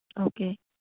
okay